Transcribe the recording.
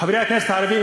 חברי הכנסת הערבים,